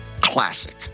Classic